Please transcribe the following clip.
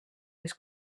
les